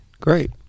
Great